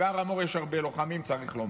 ובהר המור יש הרבה לוחמים, צריך לומר.